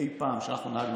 אי פעם שאנחנו נהגנו,